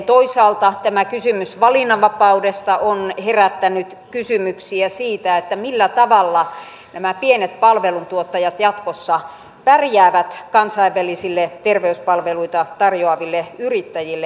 toisaalta tämä kysymys valinnanvapaudesta on herättänyt kysymyksiä siitä millä tavalla nämä pienet palveluntuottajat jatkossa pärjäävät kansainvälisille terveyspalveluita tarjoaville yrittäjille